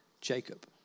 Jacob